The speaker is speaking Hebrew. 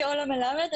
אני אולה מלמד,